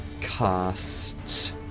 cast